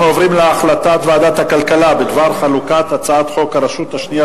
אנחנו עוברים להחלטת ועדת הכלכלה בדבר חלוקת הצעת חוק הרשות השנייה